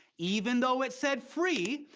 even though it said free,